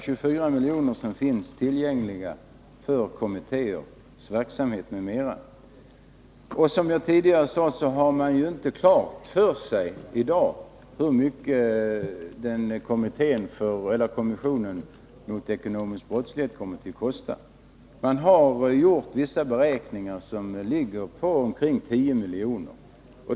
24 miljoner finns alltså tillgängliga för kommittéverksamhet m.m. Som jag sade tidigare har man i dag inte klart för sig hur mycket kommissionen mot ekonomisk brottslighet kommer att kosta. Enligt vissa beräkningar ligger kostnaden på omkring 10 miljoner.